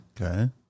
Okay